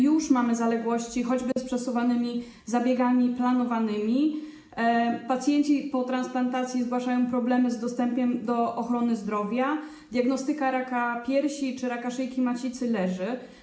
Już mamy zaległości choćby z przesuwanymi zabiegami planowanymi, pacjenci po transplantacji zgłaszają problemy z dostępem do ochrony zdrowia, diagnostyka raka piersi czy raka szyjki macicy leży.